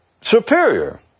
Superior